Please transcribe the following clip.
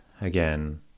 again